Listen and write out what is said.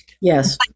Yes